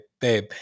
babe